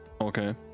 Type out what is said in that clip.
Okay